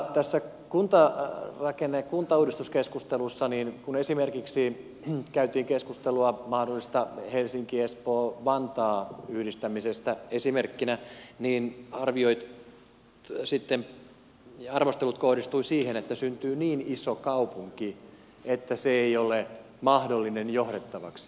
tässä kuntarakenne ja kuntauudistuskeskustelussa kun esimerkiksi käytiin keskustelua mahdollisesta helsinkiespoovantaa yhdistämisestä esimerkkinä arvostelut kohdistuivat siihen että syntyy niin iso kaupunki että se ei ole mahdollinen johdettavaksi